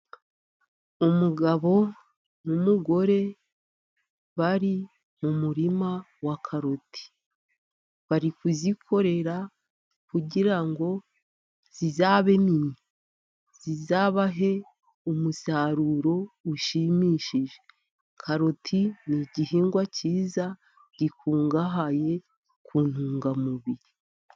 Umugabo n'umugore bari mu murima wa karoti. Bari kuzikorera kugira ngo zizabe nini, zizabahe umusaruro ushimishije, karoti ni igihingwa cyiza, gikungahaye ku ntungamubiri.